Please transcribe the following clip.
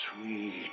sweet